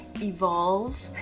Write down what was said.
evolve